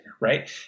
right